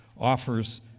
offers